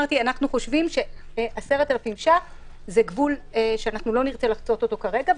חושבים ש-10,000 ש"ח זה גבול שלא נרצה לחצות אותו כרגע.